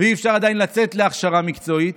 ואי-אפשר עדיין לצאת להכשרה מקצועית,